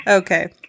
Okay